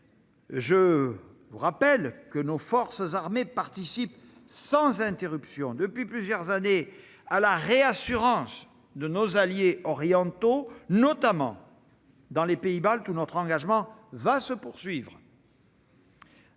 je rappelle que nos forces armées participent sans interruption depuis plusieurs années à la réassurance de nos alliés orientaux, notamment dans les pays baltes où notre engagement va se poursuivre